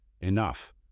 Enough